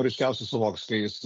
ryškiausiai suvoks kai jis